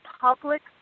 public